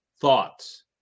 thoughts